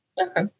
Okay